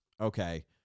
okay